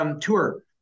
tour